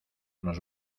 nos